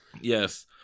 yes